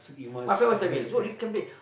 my friend always tell me Zul you can be